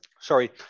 Sorry